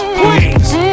please